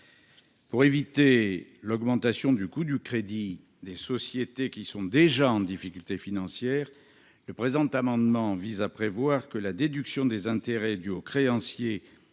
Pour éviter l’augmentation du coût du crédit des sociétés qui sont déjà en difficulté financière, nous proposons, par le présent amendement, de ne pas limiter la déduction des intérêts dus aux créanciers